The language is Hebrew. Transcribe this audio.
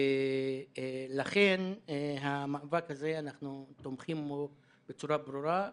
לכן המאבק הזה, אנחנו תומכים בו בצורה ברורה.